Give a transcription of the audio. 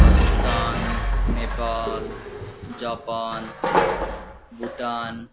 Pakistan Nepal Japan Bhutan